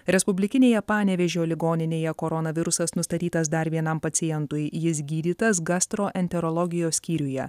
respublikinėje panevėžio ligoninėje koronavirusas nustatytas dar vienam pacientui jis gydytas gastroenterologijos skyriuje